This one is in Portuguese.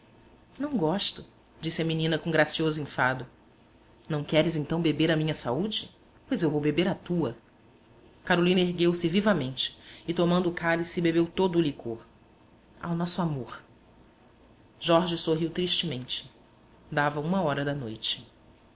não gosto disse a menina com gracioso enfado não queres então beber à minha saúde pois eu vou beber à tua carolina ergueu-se vivamente e tomando o cálice bebeu todo o licor ao nosso amor jorge sorriu tristemente dava uma hora da noite